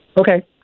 Okay